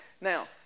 now